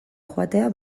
joatea